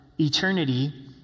Eternity